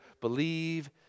believe